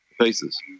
pieces